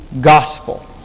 Gospel